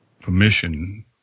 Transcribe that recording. permission